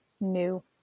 new